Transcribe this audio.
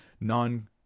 non